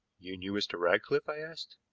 you knew mr. ratcliffe? i asked.